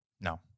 No